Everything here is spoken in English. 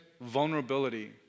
vulnerability